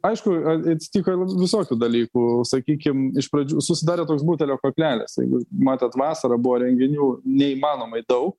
aišku atsitiko visokių dalykų sakykim iš pradžių susidarė toks butelio kaklelis jeigu matot vasarą buvo renginių neįmanomai daug